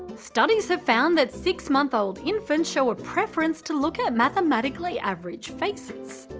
studies have found that six month old infants show a preference to look at mathematically average faces.